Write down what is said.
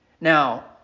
Now